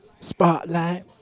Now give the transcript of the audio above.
spotlight